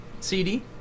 CD